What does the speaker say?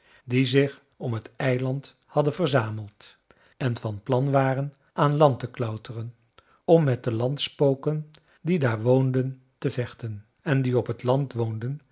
die zich om het eiland hadden verzameld en van plan waren aan land te klauteren om met de landspoken die daar woonden te vechten en die op het land woonden